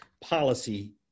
policy